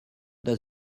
does